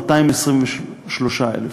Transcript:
223,000,